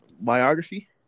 Biography